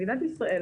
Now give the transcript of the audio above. מדינת ישראל,